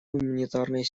гуманитарной